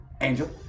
Angel